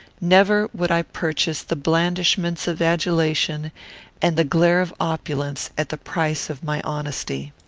never would i purchase the blandishments of adulation and the glare of opulence at the price of my honesty.